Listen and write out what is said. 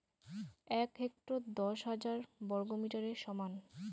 এক হেক্টর দশ হাজার বর্গমিটারের সমান